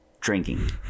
drinking